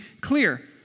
clear